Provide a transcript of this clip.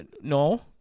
No